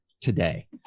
today